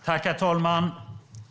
Herr talman!